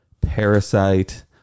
Parasite